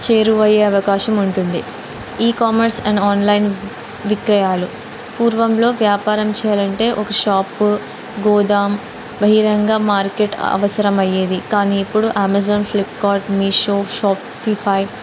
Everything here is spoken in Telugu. చేరువయ్యే అవకాశం ఉంటుంది ఈ కామర్స్ అండ్ ఆన్లైన్ విక్రయాలు పూర్వంలో వ్యాపారం చెయ్యాలంటే ఒక షాప్ గోదామ్ బహిరంగ మార్కెట్ అవసరం అయ్యేది కానీ ఇప్పుడు అమెజాన్ ఫ్లిప్కార్ట్ మీషో షాపిఫై